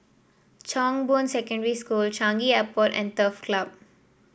Chong Boon Secondary School Changi Airport and Turf Club